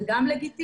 זה גם לגיטימי.